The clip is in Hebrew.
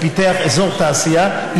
הוא פיתח אזור תעשייה,